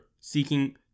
seeking